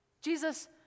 Jesus